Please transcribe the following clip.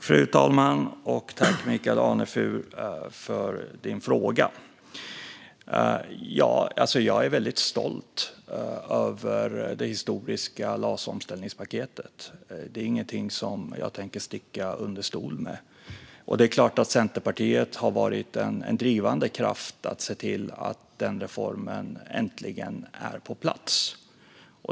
Fru talman! Tack, Michael Anefur, för din fråga! Jag är väldigt stolt över det historiska LAS-omställningspaketet. Det är ingenting som jag tänker sticka under stol med. Det är klart att Centerpartiet har varit en drivande kraft i att se till att den reformen äntligen är på plats.